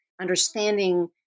understanding